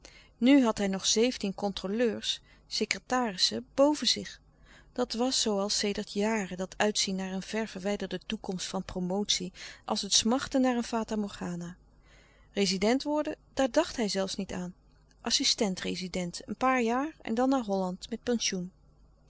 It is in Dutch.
nu had hij nog zeventien controleurs secretarissen boven zich dat was zoo al sedert jaren dat uitzien naar een ver verwijderde toekomst van promotie als het smachten naar een fata morgana rezident worden daar dacht hij zelfs niet aan assistent-rezident een paar jaar en dan naar holland met pensioen